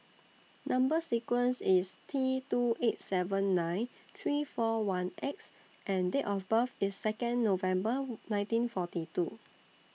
Number sequence IS T two eight seven nine three four one X and Date of birth IS Second November nineteen forty two